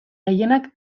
gehienak